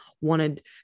wanted